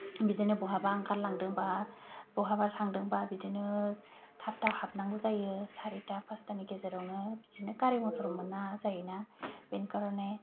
बिदिनो बहाबा ओंखारलांदों बा बहाबा थांदों बा बिदिनो थाब थाब हाबनांगौ जायो सारिता पासतानि गेजेरावनो बिदिनो गारि मथर मोना जायो ना बेनि कारने